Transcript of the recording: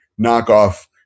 knockoff